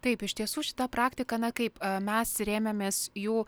taip iš tiesų šita praktika na kaip mes rėmėmės jų